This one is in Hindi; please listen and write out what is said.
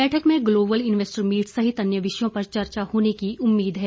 बैठक में ग्लोबल इन्वेस्टर मीट सहित अन्य विषयों पर चर्चा होने की उम्मीद है